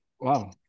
Wow